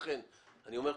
לכן אני אומר,